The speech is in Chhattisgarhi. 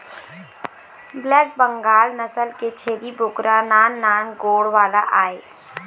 ब्लैक बंगाल नसल के छेरी बोकरा नान नान गोड़ वाला आय